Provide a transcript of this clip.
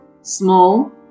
small